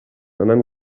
anant